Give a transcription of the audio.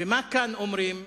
ומה כאן אומרים?